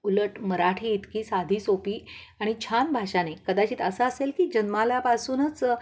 उलट मराठी इतकी साधी सोपी आणि छान भाषा नाही कदाचित असं असेल की जन्मल्यापासूनच